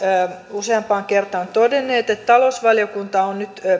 useampaan kertaan todenneet että talousvaliokunta on nyt